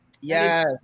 yes